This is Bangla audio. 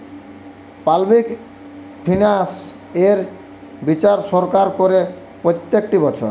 পাবলিক ফিনান্স এর বিচার সরকার করে প্রত্যেকটি বছর